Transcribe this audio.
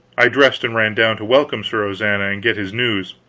i dressed and ran down to welcome sir ozana and get his news.